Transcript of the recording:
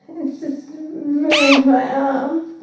it's just ruined my arm.